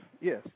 Yes